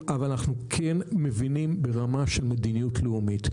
אבל אנחנו כן מבינים ברמה של מדיניות לאומית.